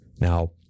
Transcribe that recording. Now